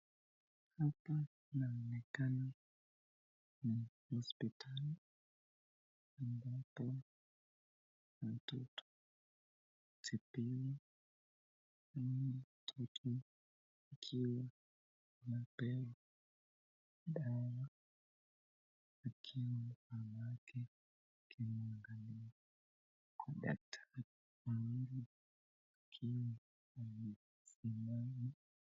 mtu anaonekana na hopitali ambapo watoto utibiwa, naona watoto wakiwa wanapewa dawa wakiwa mwanamke wakiangalia dakitari